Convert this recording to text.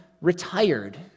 retired